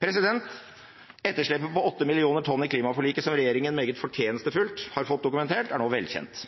Etterslepet på 8 millioner tonn i klimaforliket, som regjeringen meget fortjenestefullt har fått dokumentert, er nå velkjent.